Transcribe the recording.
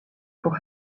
pour